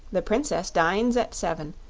the princess dines at seven,